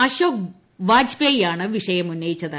അശോക് വാജ്പേയിയാണ് വിഷയം ഉന്നയിച്ചത്